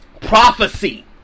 prophecy